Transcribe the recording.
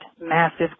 massive